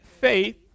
faith